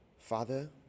Father